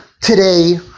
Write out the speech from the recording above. today